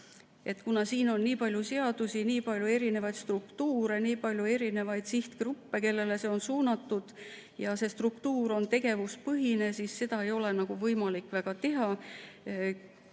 kuna siin on nii palju seadusi, nii palju erinevaid struktuure, nii palju erinevaid sihtgruppe, kellele see on suunatud, ja see struktuur on tegevuspõhine, siis seda ei ole võimalik teha,